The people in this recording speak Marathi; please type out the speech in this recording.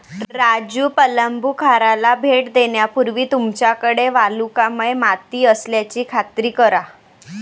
राजू प्लंबूखाराला भेट देण्यापूर्वी तुमच्याकडे वालुकामय माती असल्याची खात्री करा